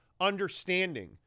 understanding